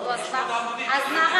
נו, אז מה?